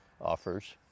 offers